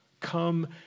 Come